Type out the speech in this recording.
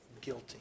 guilty